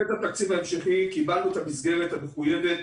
בתקציב ההמשכי קיבלנו את המסגרת המחויבת